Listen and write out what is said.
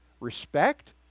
respect